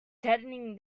deadening